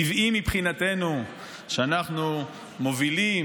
טבעי מבחינתנו שאנחנו מובילים,